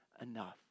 enough